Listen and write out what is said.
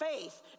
faith